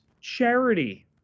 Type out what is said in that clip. charity